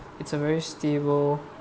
it's a very stable